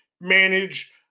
manage